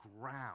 ground